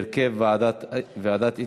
עברה בקריאה ראשונה ותחזור לדיון בוועדת הפנים